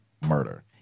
murder